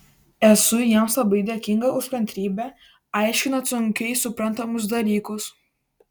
esu jiems labai dėkinga už kantrybę aiškinant sunkiai suprantamus dalykus